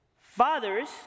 Fathers